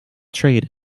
trade